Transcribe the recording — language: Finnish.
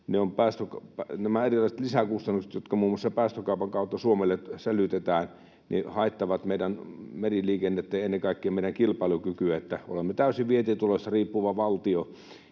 nämä erilaiset lisäkustannukset, jotka muun muassa päästökaupan kautta Suomelle sälytetään, haittaavat meidän meriliikennettä ja ennen kaikkea meidän kilpailukykyä — että olemme täysin vientituloista riippuva valtio,